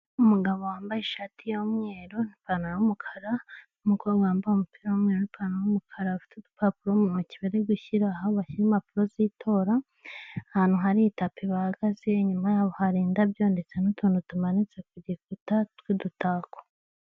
Umugabo wambaye ishati y'umweru ipantaro y'umukara n'umukobwa wambaye umupira w'umweru ipantaro y'umukara bafite udupapuro mu ntoki barigushyira aho bashyira impapuro z'itora ahantu hari itapi bahagaze, inyuma yabo hari indabyo ndetse n'utuntu tumanitse tw'udutako.